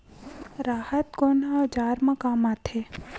राहत कोन ह औजार मा काम आथे?